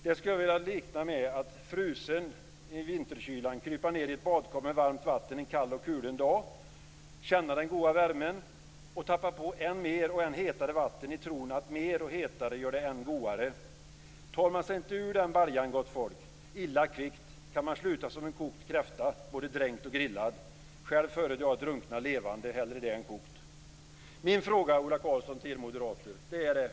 Det skulle jag vilja likna vid att frusen krypa ned i ett badkar med varmt vatten en kall och kulen dag, känna den goa värmen och tappa på än mer och än varmare vatten i tron att mer och hetare gör det än goare. Tar man sig inte ur den baljan, gott folk, illa kvickt kan man sluta som en kokt kräfta, både dränkt och grillad. Själv föredrar jag att drunkna levande - hellre det än att bli kokt.